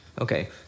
Okay